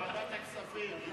ועדת הכספים.